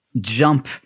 jump